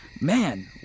Man